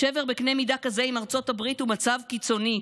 שבר בקנה מידה כזה עם ארצות הברית הוא מצב קיצוני,